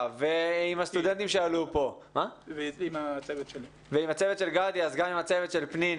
ועם הסטודנטים שנשמעו פה ועם הצוות של גדי ופנינה,